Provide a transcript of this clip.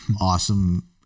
awesome